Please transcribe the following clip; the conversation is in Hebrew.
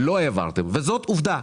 וזאת עובדה.